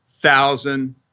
thousand